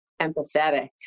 empathetic